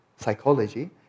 Psychology